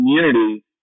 community